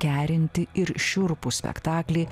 kerintį ir šiurpų spektaklį